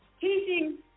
teaching